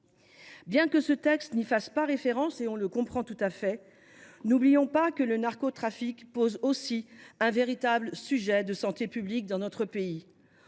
Bien que ce texte n’y fasse pas référence – on le comprend tout à fait –, n’oublions pas que le narcotrafic pose un véritable problème de santé publique dans notre pays.